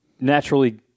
naturally